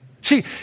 See